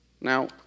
Now